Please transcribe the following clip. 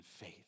faith